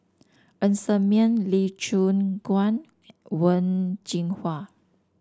Ng Ser Miang Lee Choon Guan Wen Jinhua